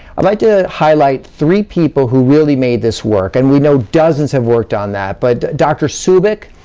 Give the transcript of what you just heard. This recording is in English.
i'd like to highlight three people who really made this work. and we know dozens have worked on that, but dr. subik,